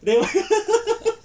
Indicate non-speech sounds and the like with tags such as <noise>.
<laughs>